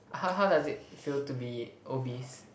how how does it feel to be obese